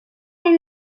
les